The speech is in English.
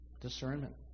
Discernment